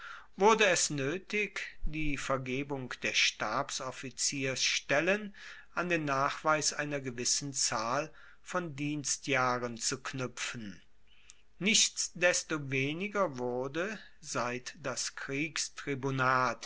wurde es noetig die vergebung der stabsoffiziersstellen an den nachweis einer gewissen zahl von dienstjahren zu knuepfen nichtsdestoweniger wurde seit das